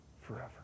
forever